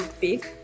big